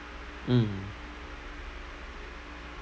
mm